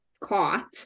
caught